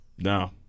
No